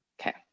Okay